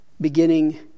beginning